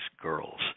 girls